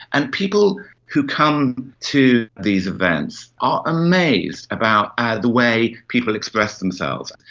and people who come to these events are amazed about the way people expressed themselves,